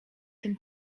tym